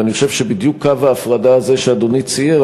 ואני חושב שבדיוק קו ההפרדה הזה שאדוני צייר,